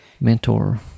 mentor